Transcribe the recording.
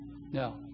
No